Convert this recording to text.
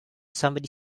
somebody